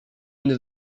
into